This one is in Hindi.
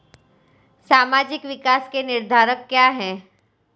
सामाजिक विकास के निर्धारक क्या है?